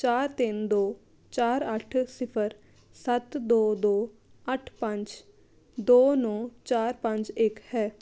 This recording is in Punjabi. ਚਾਰ ਤਿੰਨ ਦੋ ਚਾਰ ਅੱਠ ਸਿਫਰ ਸੱਤ ਦੋ ਦੋ ਅੱਠ ਪੰਜ ਦੋ ਨੌਂ ਚਾਰ ਪੰਜ ਇੱਕ ਹੈ